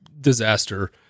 disaster